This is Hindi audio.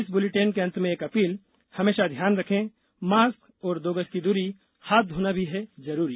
इस बुलेटिन के अंत में एक अपील हमेशा ध्यान रखें मास्क और दो गज की दूरी हाथ धोना भी है जरूरी